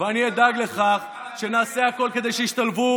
אני אדאג לכך שנעשה הכול כדי שישתלבו